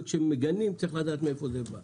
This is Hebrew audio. וכשמגנים צריך לדעת מאיפה זה בא.